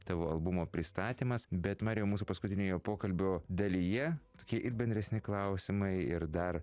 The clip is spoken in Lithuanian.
tavo albumo pristatymas bet marijau mūsų paskutinio pokalbio dalyje tokie ir bendresni klausimai ir dar